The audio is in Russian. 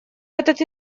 этот